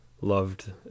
loved